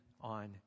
on